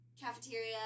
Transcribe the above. cafeteria